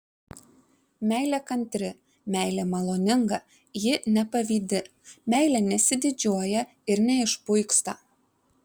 meilė kantri meilė maloninga ji nepavydi meilė nesididžiuoja ir neišpuiksta